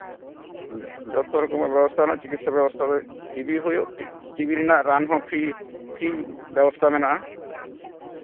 ᱡᱚᱛᱚ ᱨᱚᱠᱚᱢᱟᱜ ᱵᱮᱵᱚᱥᱛᱷᱟ ᱢᱮᱱᱟᱜᱼᱟ ᱪᱤᱠᱤᱛᱥᱟ ᱵᱮᱵᱚᱥᱛᱷᱟ ᱫᱷᱟᱹᱵᱤᱡ ᱴᱤᱵᱤ ᱦᱩᱭᱩᱜ ᱴᱤᱵᱤ ᱨᱮᱱᱟᱜ ᱨᱟᱱ ᱦᱚᱸ ᱯᱷᱨᱤ ᱯᱷᱨᱤ ᱵᱮᱵᱚᱥᱛᱷᱟ ᱢᱮᱱᱟᱜᱼᱟ